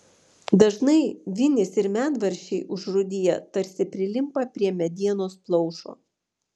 dažnai vinys ar medvaržčiai užrūdiję tarsi prilimpa prie medienos pluošto